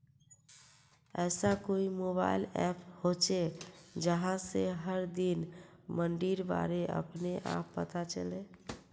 ऐसा कोई mobile app होचे जहा से हर दिन मंडीर बारे अपने आप पता चले?